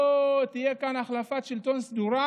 שלא תהיה כאן החלפת שלטון סדורה.